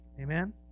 Amen